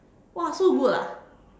!wah! so good ah